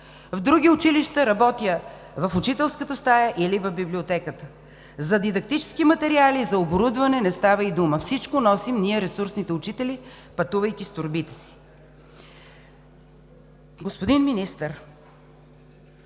В други училища работя в учителската стая или в библиотеката. За дидактически материали и за оборудване не става и дума. Всичко носим ние, ресурсните учители, пътувайки с торбите си.“ Господин Министър,